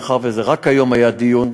מאחר שרק היום היה דיון,